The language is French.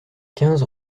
quinze